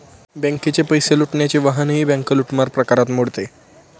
बँकेचे पैसे लुटण्याचे वाहनही बँक लूटमार प्रकारात मोडते